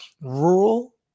rural